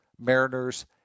Mariners